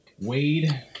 Wade